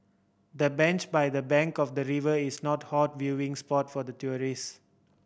the bench by the bank of the river is a not hot viewing spot for tourist